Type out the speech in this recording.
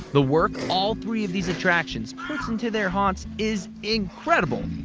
the work all three of these attractions puts into their haunts is incredible.